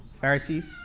Pharisees